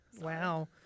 wow